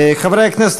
חברי הכנסת,